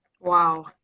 Wow